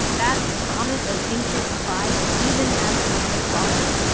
that promise of increased supply, even as demand is falling,